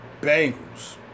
Bengals